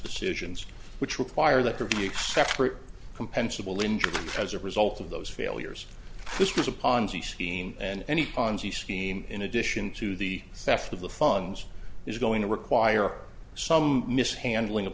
decisions which require that there be except for compensable injury as a result of those failures this was a ponzi scheme and any ponzi scheme in addition to the theft of the funds is going to require some mishandling of